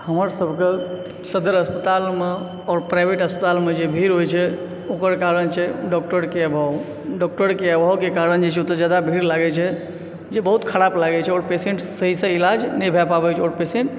हमर सभ के सदर अस्पताल मे आओर प्राइवेट अस्पताल मे जे भीड़ होइ छै ओकर कारण छै डॉक्टर के अभाव डॉक्टर के अभाव के कारण जे छै ओत्तो जादा भीड़ लागै छै जे बहुत खराब लागै छै आओर पेशेंट सही से इलाज नहि भय पाबै छै आओर पेशेंट